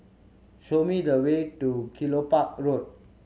show me the way to Kelopak Road